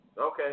Okay